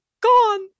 gone